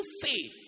faith